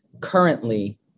currently